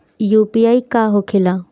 UPI का होखेला?